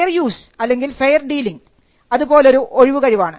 fair use അല്ലെങ്കിൽ fair dealing അതുപോലൊരു ഒഴിവു കഴിവാണ്